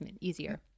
easier